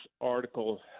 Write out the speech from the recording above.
article